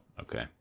okay